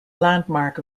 landmark